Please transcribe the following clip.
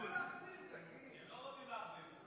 הינה, עכשיו רוצים להחזיר.